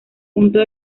punto